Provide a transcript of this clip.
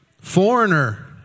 Foreigner